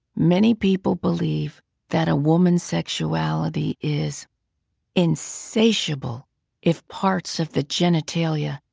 many people believe that a woman's sexuality is insatiable if parts of the genitalia,